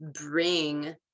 bring